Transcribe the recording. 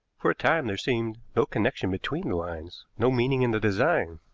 for a time there seemed no connection between the lines, no meaning in the design. i